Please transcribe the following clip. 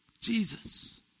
Jesus